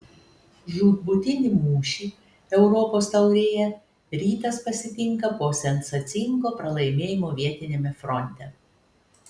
žūtbūtinį mūšį europos taurėje rytas pasitinka po sensacingo pralaimėjimo vietiniame fronte